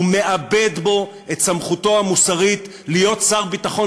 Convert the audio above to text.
ומאבד בו את סמכותו המוסרית להיות שר ביטחון